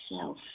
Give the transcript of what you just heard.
self